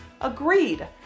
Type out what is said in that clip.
Agreed